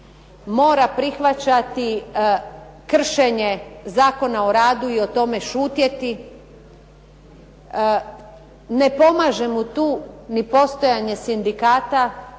mora prihvaćati kršenje Zakona o radu i o tome šutjeti, ne pomaže mu tu ni postojanje sindikata,